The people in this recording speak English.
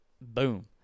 boom